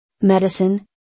medicine